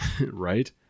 Right